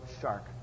shark